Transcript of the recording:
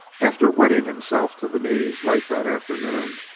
after wetting himself to the knees late that afternoon,